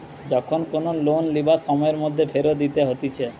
যখন কোনো লোন লিবার সময়ের মধ্যে ফেরত দিতে হতিছে